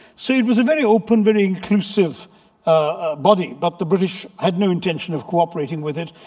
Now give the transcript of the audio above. so it was a very open, very inclusive body. but the british had no intention of cooperating with it.